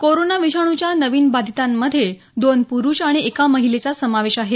corona विषाणूच्या नवीन बाधितांमध्ये दोन प्रुष आणि एका महिलेचा समावेश आहे